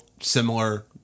similar